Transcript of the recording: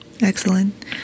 excellent